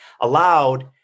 allowed